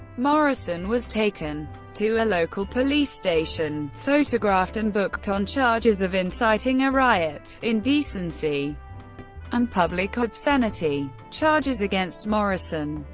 morrison was taken to a local police station, photographed and booked on charges of inciting a riot, indecency and public obscenity. charges against morrison,